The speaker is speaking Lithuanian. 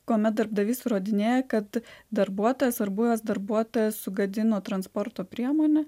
kuomet darbdavys įrodinėja kad darbuotojas ar buvęs darbuotojas sugadino transporto priemonę